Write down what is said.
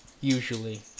usually